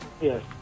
yes